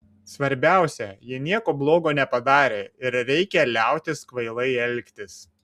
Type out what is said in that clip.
svarbiausia ji nieko blogo nepadarė ir reikia liautis kvailai elgtis